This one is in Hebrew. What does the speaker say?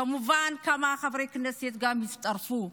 כמובן, כמה חברי כנסת גם הצטרפו.